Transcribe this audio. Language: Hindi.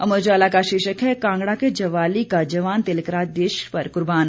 अमर उजाला का शीर्षक है कांगड़ा के जवाली का जवान तिलक राज देश पर कुर्बान